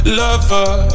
lover